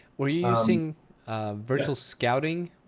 were you using virtual scouting